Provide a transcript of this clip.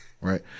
Right